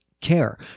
care